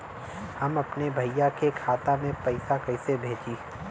हम अपने भईया के खाता में पैसा कईसे भेजी?